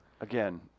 Again